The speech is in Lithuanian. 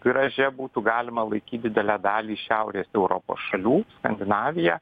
gražia būtų galima laikyt didelę dalį šiaurės europos šalių skandinaviją